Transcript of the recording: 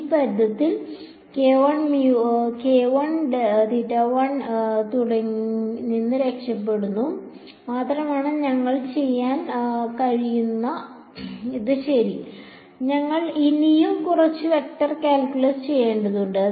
ഈ പദത്തിൽ നിന്ന് രക്ഷപ്പെടുക മാത്രമാണ് ഞങ്ങൾക്ക് ചെയ്യാൻ കഴിയുന്നത് ശരി ഞങ്ങൾ ഇനിയും കുറച്ച് വെക്റ്റർ കാൽക്കുലസ് ചെയ്യേണ്ടതുണ്ട്